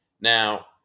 Now